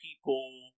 people